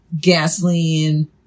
gasoline